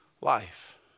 life